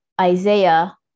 Isaiah